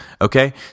okay